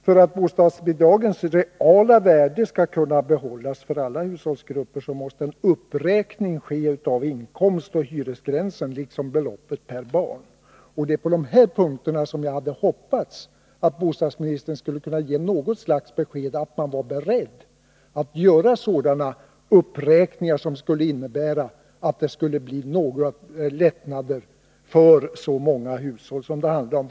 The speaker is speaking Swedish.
För att bostadsbidragens reala värde skall kunna behållas för alla hushållsgrupper måste en uppräkning ske av inkomstoch hyresgränsen, liksom av beloppet per barn. Det var på dessa punkter som jag hade hoppats att bostadsministern skulle ge besked om att man var beredd att göra uppräkningar som skulle innebära lättnader för de många hushåll det handlar om.